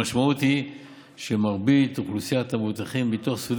המשמעות היא שמרבית אוכלוסיית המבוטחים בביטוח סיעודי